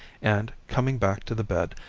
and, coming back to the bed,